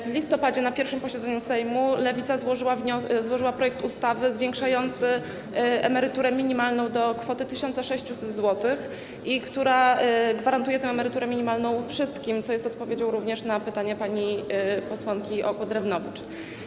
W listopadzie na pierwszym posiedzeniu Sejmu Lewica złożyła projekt ustawy zwiększającej emeryturę minimalną do kwoty 1600 zł, ustawy, która gwarantuje tę emeryturę minimalną wszystkim, co jest odpowiedzią również na pytania pani posłanki Okła-Drewnowicz.